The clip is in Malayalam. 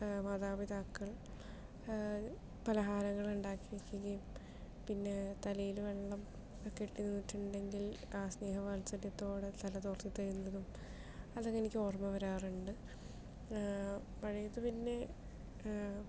മാതാപിതാക്കൾ പലഹാരങ്ങൾ ഉണ്ടാക്കി വെക്കുകയും പിന്നെ തലേല് വെള്ളം ഒക്കെ ഇറ്റു വീണിട്ടുണ്ടെങ്കിൽ ആ സ്നേഹ വാത്സല്യത്തോടെ തല തുവർത്തി തരികയും അതൊക്കെ എനിക്ക് ഓർമ വരാറുണ്ട് മഴയത്തു പിന്നെ